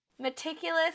Meticulous